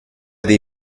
dei